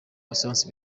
patient